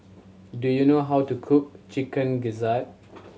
do you know how to cook Chicken Gizzard